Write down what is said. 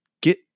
get